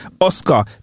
Oscar